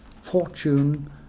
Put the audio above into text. Fortune